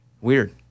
weird